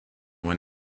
when